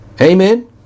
Amen